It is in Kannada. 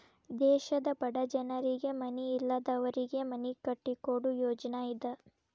ದೇಶದ ಬಡ ಜನರಿಗೆ ಮನಿ ಇಲ್ಲದವರಿಗೆ ಮನಿ ಕಟ್ಟಿಕೊಡು ಯೋಜ್ನಾ ಇದ